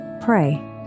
pray